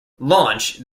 launch